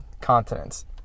continents